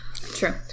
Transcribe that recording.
True